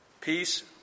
Peace